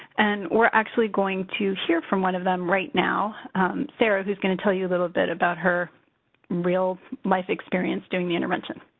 and we're actually going to hear from one of them right now sarah, who's going to tell you a little bit about her real-life experience during the intervention.